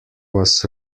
was